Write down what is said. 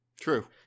True